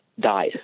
died